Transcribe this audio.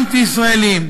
אנטי-ישראליים.